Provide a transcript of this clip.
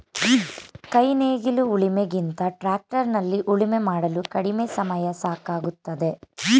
ಕೈ ನೇಗಿಲು ಉಳಿಮೆ ಗಿಂತ ಟ್ರ್ಯಾಕ್ಟರ್ ನಲ್ಲಿ ಉಳುಮೆ ಮಾಡಲು ಕಡಿಮೆ ಸಮಯ ಸಾಕಾಗುತ್ತದೆ